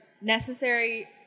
necessary